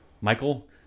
Michael